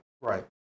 Right